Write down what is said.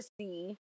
see